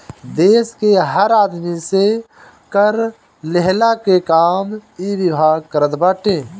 देस के हर आदमी से कर लेहला के काम इ विभाग करत बाटे